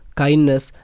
kindness